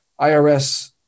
IRS